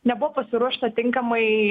nebuvo pasiruošta tinkamai